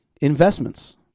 investments